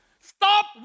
Stop